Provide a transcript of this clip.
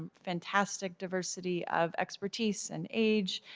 um fantastic diversity of expertise and age.